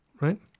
right